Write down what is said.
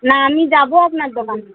না আমি যাবো আপনার দোকানে